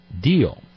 deal